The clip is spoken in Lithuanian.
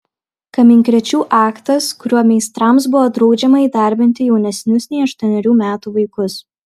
kaminkrėčių aktas kuriuo meistrams buvo draudžiama įdarbinti jaunesnius nei aštuonerių metų vaikus